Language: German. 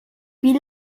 wie